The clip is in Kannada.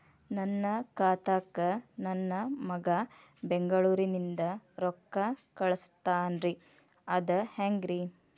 ನನ್ನ ಖಾತಾಕ್ಕ ನನ್ನ ಮಗಾ ಬೆಂಗಳೂರನಿಂದ ರೊಕ್ಕ ಕಳಸ್ತಾನ್ರಿ ಅದ ಹೆಂಗ್ರಿ?